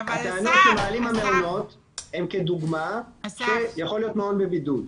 הטענות שמעלים המעונות הן כדוגמה שיכול להיות מעון בבידוד.